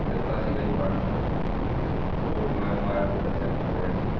ਦਿੱਤਾ ਸੀਗਾ ਜੀ ਬਣਨ ਉਹ ਮੈਂ ਮੋਬਾਈਲ 'ਤੇ ਤਾਂ ਚੈੱਕ ਕਰਿਆ ਸੀ